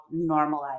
normalize